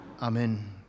Amen